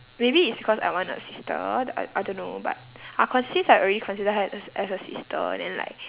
maybe it's because I want a sister th~ I I don't know but I consis~ like already consider her as as a sister then like